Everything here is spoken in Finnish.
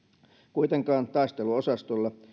kuitenkaan taisteluosastoilla